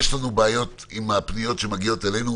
יש לנו בעיות עם הפניות שמגיעות אלינו,